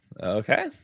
okay